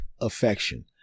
affection